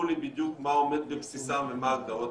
לי בדיוק מה עומד בבסיסם ומה ההגדרות,